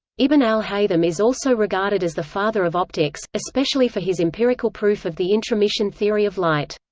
ibn al-haytham is also regarded as the father of optics, especially for his empirical proof of the intromission theory of light.